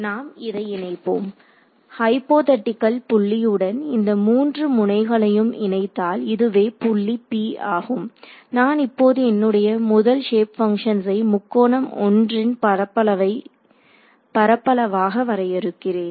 நாம் இதை இணைப்போம் ஹைபோதெடிகல் புள்ளியுடன் இந்த மூன்று முனைகளையும் இணைத்தால் இதுவே புள்ளி P ஆகும் நான் இப்போது என்னுடைய முதல் ஷேப் பங்ஷன்சை முக்கோணம் 1 ன் பரப்பளவாக வரையறுக்கிறேன்